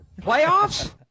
playoffs